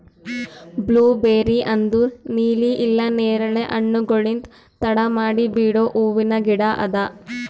blueberry ಅಂದುರ್ ನೀಲಿ ಇಲ್ಲಾ ನೇರಳೆ ಹಣ್ಣುಗೊಳ್ಲಿಂದ್ ತಡ ಮಾಡಿ ಬಿಡೋ ಹೂವಿನ ಗಿಡ ಅದಾ